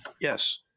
yes